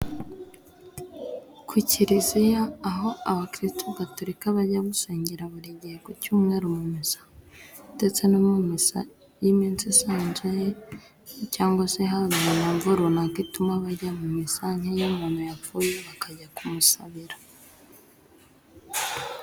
Ku Kiliziya, aho abakiristu Gatolika bajya gusengera buri gihe ku Cyumweru mu misa, ndetse no mu misa y'iminsi isanzwe cyangwa se habaye mpamvu runaka ituma bajya mu misa, nk'iyo umuntu yapfuye bakajya kumusabira.